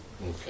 Okay